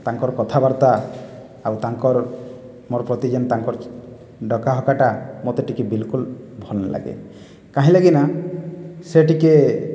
ତାଙ୍କର କଥାବାର୍ତ୍ତା ଆଉ ତାଙ୍କର ମୋ ପ୍ରତି ଯେଉଁ ତାଙ୍କର ଡକାହକାଟା ମୋତେ ଟିକିଏ ବିଲକୁଲ ଭଲ ନାହିଁ ଲାଗେ କାହିଁ ଲାଗି ନା ସେ ଟିକିଏ